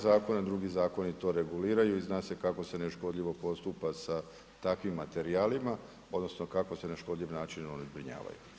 zakona, drugi zakoni to reguliraju i zna se kako se neškodljivo postupa sa takvim materijalima odnosno kako se na neškodljiv način zbrinjavaju.